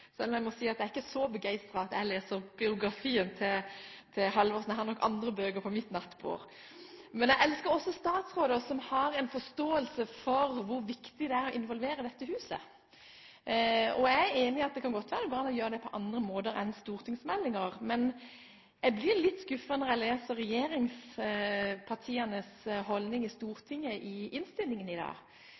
så begeistret at jeg leser biografien til Halvorsen – jeg har nok andre bøker på mitt nattbord! Jeg elsker også statsråder som har en forståelse for hvor viktig det er å involvere dette huset. Jeg er enig i at det kan godt være at det går an å gjøre det på andre måter enn gjennom stortingsmeldinger, men jeg blir litt skuffet når jeg leser regjeringspartienes holdning i innstillingen i dag,